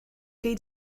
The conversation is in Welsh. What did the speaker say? gei